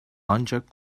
ancak